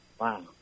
Wow